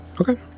okay